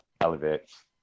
elevates